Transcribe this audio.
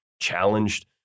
challenged